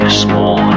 small